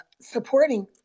supporting